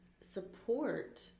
support